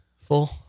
Full